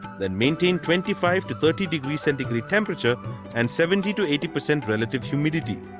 then maintain twenty five to thirty centigrade temperature and seventy to eighty percent relative humidity.